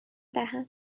دهم